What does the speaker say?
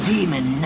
Demon